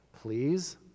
please